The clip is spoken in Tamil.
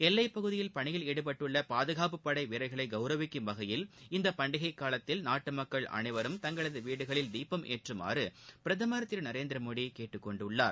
எல்லைப் பகுதியில் பணியில் ஈடுபட்டுள்ள பாதுகாப்புப் படை வீரர்களை கவுரவிக்கும் வகையில் இந்தப் பண்டிகைக் காலத்தில் நாட்டுமக்கள் அனைவரும் தங்களது வீடுகளில் தீபம் ஏற்றுமாறு பிரதமர் திரு நரேந்திர மோடி கேட்டுக் கொண்டுள்ளார்